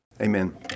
amen